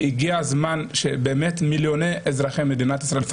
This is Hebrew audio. הגיע הזמן שמיליוני אזרחי מדינת ישראל,